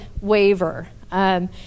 waiver